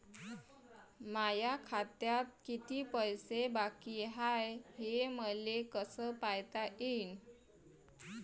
माया खात्यात किती पैसे बाकी हाय, हे मले कस पायता येईन?